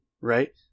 right